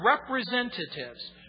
representatives